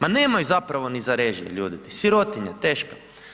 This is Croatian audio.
Ma nemaju zapravo ni za režije, ljudi ti, sirotinja teška.